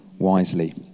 wisely